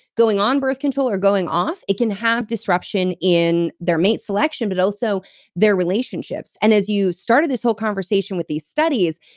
going on birth control, or going off, it can have disruption in their mate selection, but also their relationships and as you started this whole conversation with these studies,